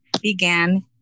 began